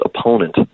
opponent